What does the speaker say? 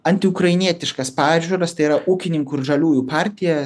antiukrainietiškas pažiūras tai yra ūkininkų ir žaliųjų partija